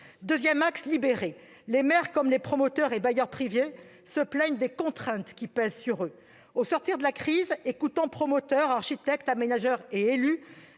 Deuxième axe : libérer. Les maires, comme les promoteurs et les bailleurs privés, se plaignent des contraintes qui pèsent sur eux. Au sortir de la crise, après avoir écouté promoteurs, architectes, aménageurs et élus,